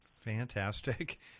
fantastic